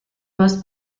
most